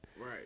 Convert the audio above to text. right